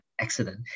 accident